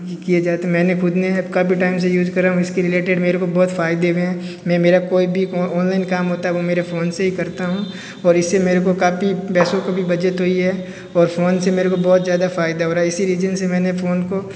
किए जाते मैंने ख़ुद ने काफ़ी टाइम से यूज करा हूँ इसके रिलेटेड मेरे को बहुत फ़ायदे हुए है मैं मेरा कोई भी ऑनलाइन काम होता है वो मेरे फ़ोन से ही करता हूँ और इससे मेरे को काफ़ी पैसों का भी बचत हुई है और फ़ोन से मेरे को बहुत ज़्यादा फ़ायदा हो रहा है इसी रीजन से मैंने फ़ोन को